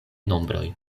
nombroj